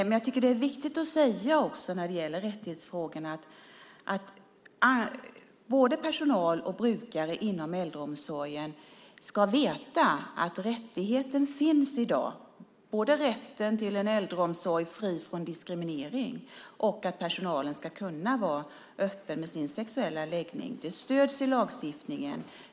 Men jag tycker också att det är viktigt att säga när det gäller rättighetsfrågorna att både personal och brukare inom äldreomsorgen ska veta att rättigheten finns i dag, både rätten till en äldreomsorg fri från diskriminering och att personalen ska kunna vara öppen med sin sexuella läggning. Det stöds i lagstiftningen.